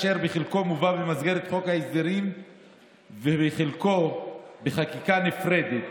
אשר בחלקו מובא במסגרת חוק ההסדרים וחלקו בחקיקה נפרדת,